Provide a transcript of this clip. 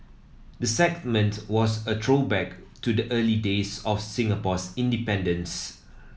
the segment was a throwback to the early days of Singapore's independence